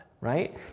right